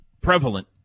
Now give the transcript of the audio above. prevalent